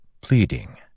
pleading